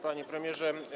Panie Premierze!